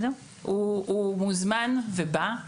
הוא מוזמן ובא.